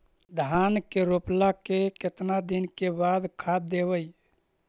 धान के रोपला के केतना दिन के बाद खाद देबै?